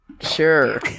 Sure